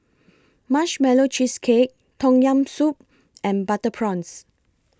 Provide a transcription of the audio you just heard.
Marshmallow Cheesecake Tom Yam Soup and Butter Prawns